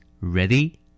Ready